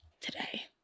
today